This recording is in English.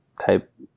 type